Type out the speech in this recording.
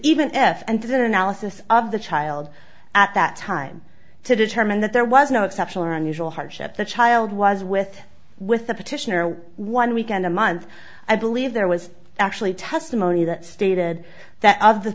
analysis of the child at that time to determine that there was no exceptional or unusual hardship the child was with with the petitioner one weekend a month i believe there was actually testimony that stated that of the